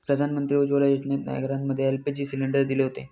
प्रधानमंत्री उज्ज्वला योजनेतना घरांमध्ये एल.पी.जी सिलेंडर दिले हुते